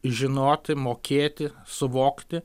žinoti mokėti suvokti